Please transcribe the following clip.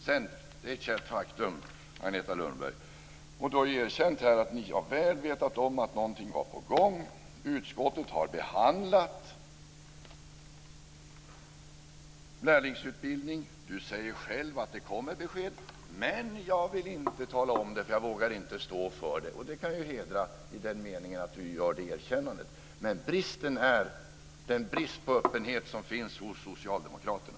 Sedan - och det är ett känt faktum - har Agneta Lundberg erkänt att ni har vetat om att någonting var på gång. Utskottet har behandlat lärlingsutbildning. Hon säger själv att det kommer besked, men att hon inte vill tala om det eftersom hon inte vågar stå för det. Och det kan ju hedra, i den meningen att hon gör det erkännandet. Men bristen är den brist på öppenhet som finns hos socialdemokraterna.